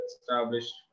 established